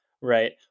right